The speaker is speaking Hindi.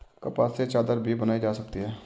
कपास से चादर भी बनाई जा सकती है